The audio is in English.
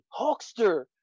Hawkster